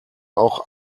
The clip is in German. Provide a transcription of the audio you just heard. auch